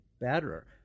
better